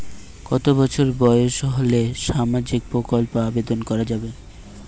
কত বছর বয়স হলে সামাজিক প্রকল্পর আবেদন করযাবে?